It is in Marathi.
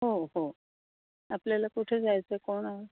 हो हो आपल्याला कुठे जायचं आहे कोणा